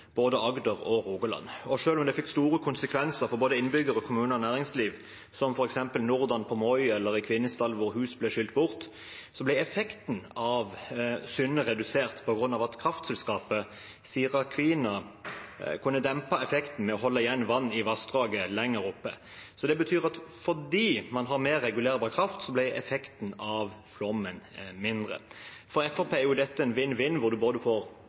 både Agder og Rogaland. Selv om det fikk store konsekvenser for både innbyggere, kommuner og næringsliv, som f.eks. NorDan på Moi eller i Kvinesdal, der hus ble skylt bort, ble effekten av «Synne» redusert på grunn av at kraftselskapet Sira-Kvina kunne dempe effekten ved å holde igjen vann i vassdraget lenger oppe. Det betyr at fordi man hadde mer regulerbar kraft, ble effekten av flommen mindre. For Fremskrittspartiet er dette en vinn-vinn-situasjon, der en får både